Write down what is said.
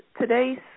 today's